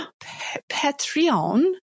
Patreon